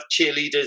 cheerleaders